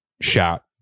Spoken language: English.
shot